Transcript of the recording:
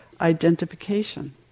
identification